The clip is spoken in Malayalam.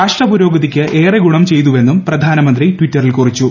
രാഷ്ട്ര പുരോഗതിക്ക് ഏറെ ഗുണം ചെയ്തുവെന്നും ഇത് പ്രധാനമന്ത്രി ട്വിറ്ററിൽ കുറിച്ചു